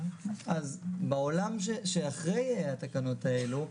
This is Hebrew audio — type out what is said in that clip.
אז בעולם שאחרי התקנות האלה,